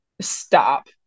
Stop